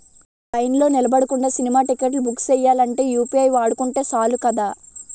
లైన్లో నిలబడకుండా సినిమా టిక్కెట్లు బుక్ సెయ్యాలంటే యూ.పి.ఐ వాడుకుంటే సాలు కదా